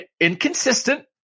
Inconsistent